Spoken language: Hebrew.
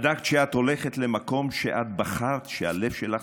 // בדקת שאת הולכת / למקום שאת בחרת / שהלב שלך